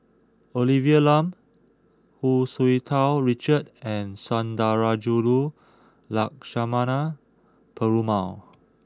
Olivia Lum Hu Tsu Tau Richard and Sundarajulu Lakshmana Perumal